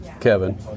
Kevin